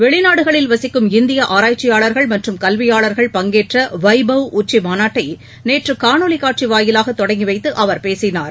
வெளிநாடுகளில் வசிக்கும் இந்திய ஆராய்ச்சியாளர்கள் மற்றும் கல்வியாளர்கள் பங்கேற்ற வைபவ் உச்சிமாநாட்டை நேற்று காணொலி காட்சி வாயிலாக தொடங்கிவைத்து அவர் பேசினார்